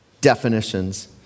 definitions